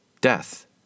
death